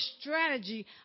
strategy